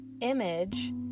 Image